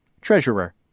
Treasurer